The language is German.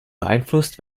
beeinflusst